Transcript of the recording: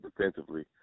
defensively